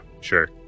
sure